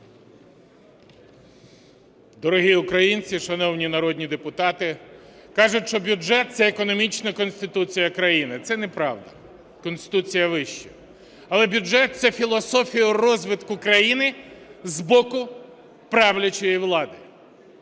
Дорогі українці, шановні народні депутати! Кажуть, що бюджет – це економічна конституція країни. Це неправда, Конституція вище. Але бюджет – це філософія розвитку країни з боку правлячої влади.